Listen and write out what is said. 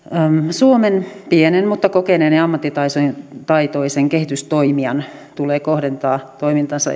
suomen pienen mutta kokeneen ja ammattitaitoisen kehitystoimijan tulee kohdentaa toimintansa